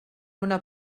una